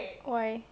why